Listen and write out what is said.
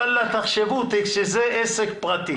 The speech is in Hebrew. תחשבו שזה עסק פרטי